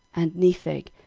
and nepheg,